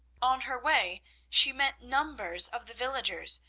on her way she met numbers of the villagers,